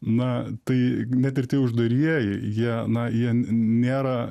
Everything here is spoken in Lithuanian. na tai net ir tie uždarieji jie na jie nėra